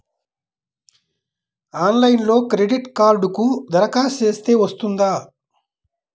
ఆన్లైన్లో క్రెడిట్ కార్డ్కి దరఖాస్తు చేస్తే వస్తుందా?